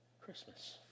Christmas